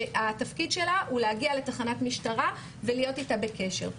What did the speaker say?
שתפקידה הוא להגיע לתחנת משטרה ולהיות איתה בקשר.